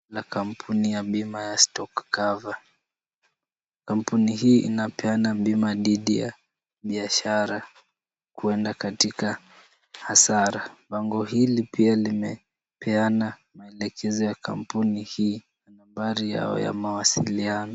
Kuna kampuni ya bima ya Stock Cover. Kampuni hii inapeana bima dhidi ya biashara kuenda katika hasara. Bango hili pia limepeana maelekezo ya kampuni hii na nambari yao ya mawasiliano.